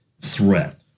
threat